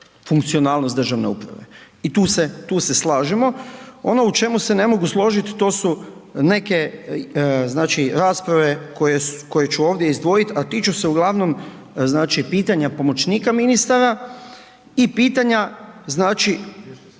funkcionalnost državne uprave i tu se slažemo. Ono u čemu se ne mogu složiti, to su neke rasprave koje ću ovdje izdvojit a tiču se uglavnom pitanja pomoćnika ministara i pitanja